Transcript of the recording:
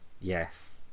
Yes